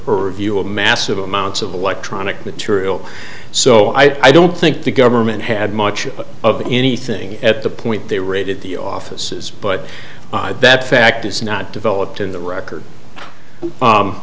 review of massive amounts of electronic material so i don't think the government had much of anything at the point they raided the offices but that fact is not developed in the record